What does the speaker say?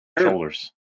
shoulders